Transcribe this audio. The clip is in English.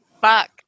fuck